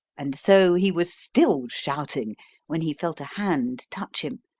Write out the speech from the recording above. and so he was still shouting when he felt a hand touch him,